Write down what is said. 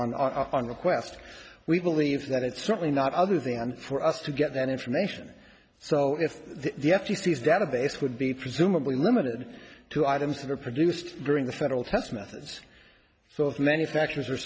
on our request we believe that it's certainly not other than for us to get that information so if the f t c is database would be presumably limited to items that are produced during the federal test methods so if manufacturers